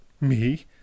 Me